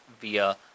via